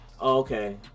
Okay